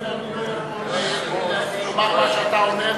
אני לא יכול להגיד מה שאתה אומר,